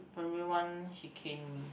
primary one she cane me